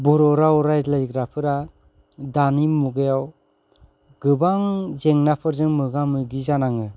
बर' राव रायज्लायग्राफोरा दानि मुगायाव गोबां जेंनाफोरजों मोगा मोगि जानाङो